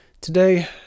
today